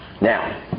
Now